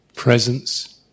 Presence